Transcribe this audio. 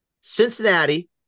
Cincinnati